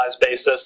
basis